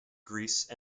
greece